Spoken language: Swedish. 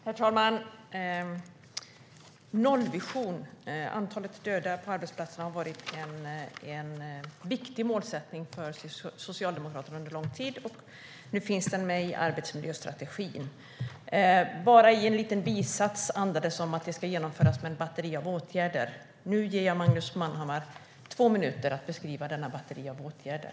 Herr talman! Nollvisionen för antalet döda på arbetsplatserna har varit en viktig målsättning för Socialdemokraterna under lång tid. Nu finns den med i arbetsmiljöstrategin. Endast i en kort bisats andas man om att den ska genomföras med ett batteri av åtgärder. Nu ger jag Magnus Manhammar två minuter att be-skriva detta batteri av åtgärder.